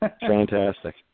Fantastic